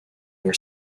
your